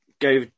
go